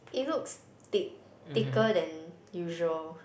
it looks thick thicker than usual